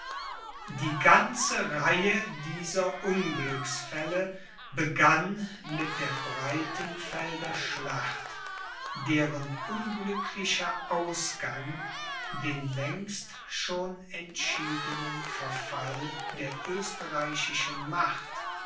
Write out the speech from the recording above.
die ganze reihe dieser unglücksfälle begann mit der breitenfelder schlacht deren unglücklicher ausgang den längst schon entschiedenen verfall der österreichischen macht